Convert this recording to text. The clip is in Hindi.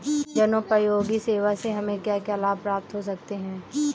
जनोपयोगी सेवा से हमें क्या क्या लाभ प्राप्त हो सकते हैं?